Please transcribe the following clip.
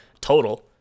total